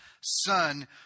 son